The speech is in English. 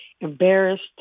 embarrassed